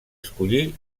escollí